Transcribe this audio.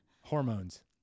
Hormones